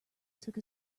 took